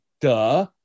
Duh